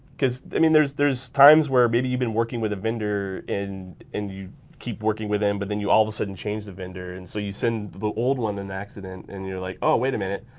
cause i mean there's there's times where maybe you've been working with a vendor, and you keep working with them, but then you all of a sudden change the vendor. and so you send the old one an accident and you're like, oh wait a minute,